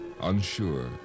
unsure